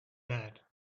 bad